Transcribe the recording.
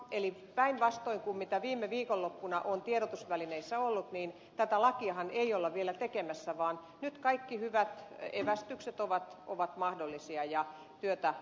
eli päinvastoin kuin mitä viime viikonloppuna on tiedotusvälineissä ollut niin tätä lakiahan ei olla vielä tekemässä vaan nyt kaikki hyvät evästykset ovat mahdollisia ja työtä